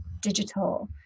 digital